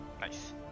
Nice